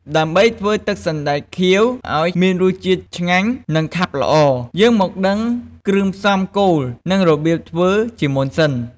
ដើម្បីធ្វើទឹកសណ្ដែកខៀវឱ្យមានរសជាតិឆ្ងាញ់ និងខាប់ល្អ យើងមកដឹងគ្រឿងផ្សំគោលនិងរបៀបធ្វើជាមុនសិន។